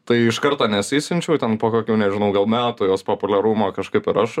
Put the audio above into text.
tai iš karto nesisiunčiau ten po kokių nežinau gal metų jos populiarumo kažkaip ir aš